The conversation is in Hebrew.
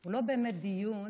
הוא לא באמת דיון